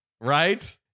Right